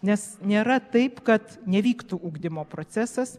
nes nėra taip kad nevyktų ugdymo procesas